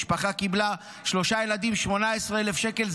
משפחה עם שלושה ילדים קיבלה 18,000 שקל,